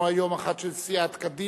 שלוש הצעות לנו היום, האחת של סיעת קדימה,